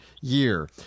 year